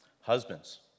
Husbands